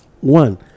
one